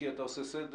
כי אתה עושה סדר.